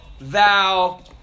thou